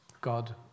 God